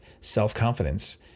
self-confidence